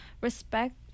respect